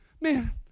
Man